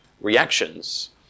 reactions